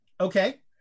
Okay